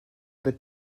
the